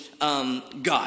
God